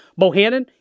Bohannon